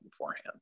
beforehand